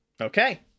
Okay